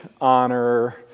honor